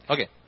Okay